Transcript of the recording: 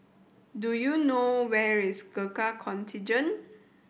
do you know where is Gurkha Contingent